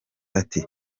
ati